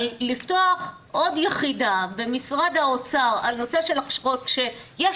לפתוח עוד יחידה במשרד האוצר על נושא ההכשרות כשיש